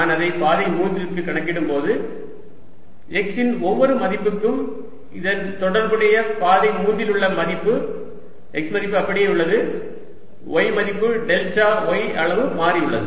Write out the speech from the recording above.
நான் அதை பாதை 3 க்கு கணக்கிடும்போது x இன் ஒவ்வொரு மதிப்புக்கும் இதன் தொடர்புடைய பாதை 3 இல் உள்ள மதிப்பு x மதிப்பு அப்படியே உள்ளது y மதிப்பு டெல்டா y அளவு மாறி உள்ளது